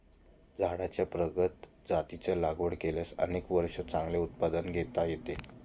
झाडांच्या प्रगत जातींची लागवड केल्यास अनेक वर्षे चांगले उत्पादन घेता येते